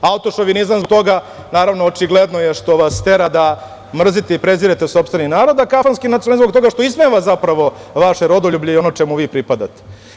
Autošovinizam zbog toga, naravno, očigledno je što vas tera da mrzite i prezirete sopstveni narod, a kafanski nacionalizam zbog toga što ismeva, zapravo, vaše rodoljublje i ono čemu vi pripadate.